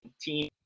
Team